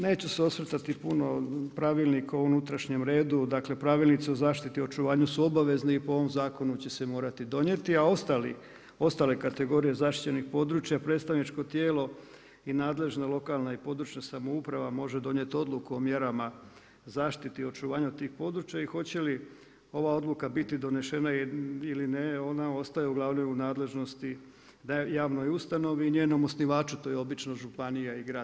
Neću se osvrtati puno o pravilniku o unutrašnjem redu, dakle pravilnici o zaštiti i očuvanju su obavezni i po ovom zakonu će se donijeti a ostale kategorije zaštićenih područja predstavničko tijelo i nadležno lokalna i područna samouprava može donijeti odluku o mjerama zaštiti i očuvanju tih područja i hoće li ova odluka biti donešena ili ne, ona ostaje u glavnoj nadležnosti i daje javnoj ustanovi i da je njenom osnivaču to je obično županija i grad.